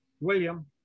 William